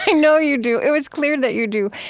i know you do. it was clear that you do.